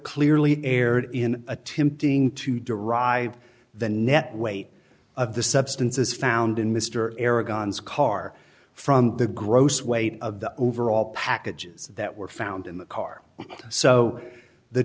clearly erred in attempting to derive the net weight of the substances found in mr arrogance car from the gross weight of the overall packages that were found in the car so the